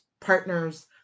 partners